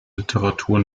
literatur